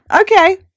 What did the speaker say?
Okay